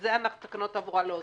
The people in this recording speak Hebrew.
בזה תקנות התעבורה לא עוסקות.